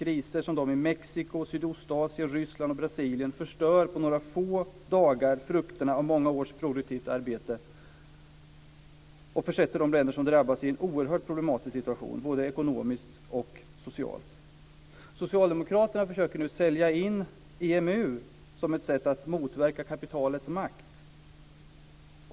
Kriser som de i Mexiko, Sydostasien, Ryssland och Brasilien förstör på några få dagar frukterna av många års produktivt arbete och försätter de länder som drabbas i en oerhört problematisk situation, både ekonomiskt och socialt. Socialdemokraterna försöker nu sälja in EMU som ett sätt att motverka kapitalets makt.